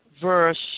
verse